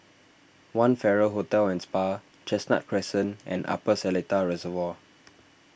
one Farrer Hotel and Spa Chestnut Crescent and Upper Seletar Reservoir